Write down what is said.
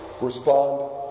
respond